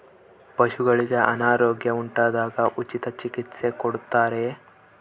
ಪಶುಗಳಿಗೆ ಅನಾರೋಗ್ಯ ಉಂಟಾದಾಗ ಉಚಿತ ಚಿಕಿತ್ಸೆ ಕೊಡುತ್ತಾರೆಯೇ?